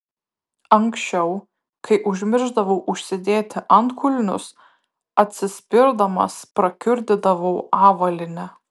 anksčiau kai užmiršdavau užsidėti antkulnius atsispirdamas prakiurdydavau avalynę